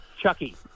Chucky